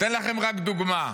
אתן לכם רק דוגמה: